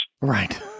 Right